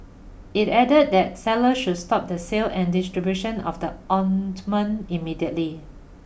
it added that sellers should stop the sale and distribution of the ointment immediately